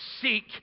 seek